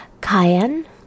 Cayenne